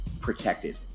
protected